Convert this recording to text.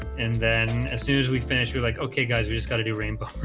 and then as soon as we finished with like, okay guys, we just got to do rainbow